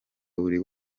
buri